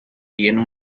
tiene